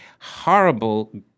horrible